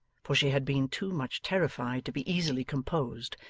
for she had been too much terrified to be easily composed,